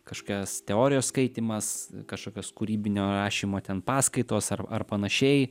kašokias teorijos skaitymas kašokios kūrybinio rašymo ten paskaitos ar ar panašiai